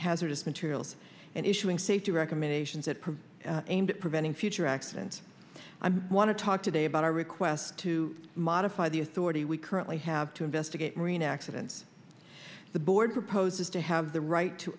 hazardous materials and issuing safety recommendations that aimed at preventing future accidents i'm want to talk today about our request to modify the authority we currently have to investigate marine accidents the board proposes to have the right to